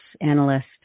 analyst